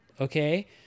Okay